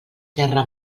terra